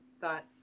thought